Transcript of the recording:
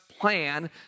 plan